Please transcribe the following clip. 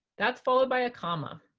that's followed by a comma.